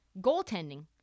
goaltending